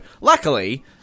luckily